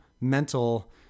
mental